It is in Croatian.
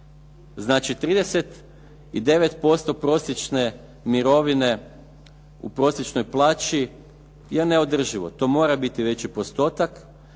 Znači, 39% prosječne mirovine u prosječnoj plaći je neodrživo. To mora biti veći postotak